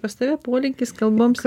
pas tave polinkis kalboms